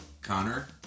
Connor